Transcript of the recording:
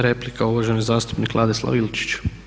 Replika uvaženi zastupnik Ladislav Ilčić.